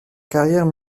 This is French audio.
carrière